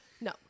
No